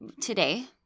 today